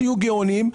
תהיו גאונים,